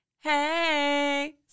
Hey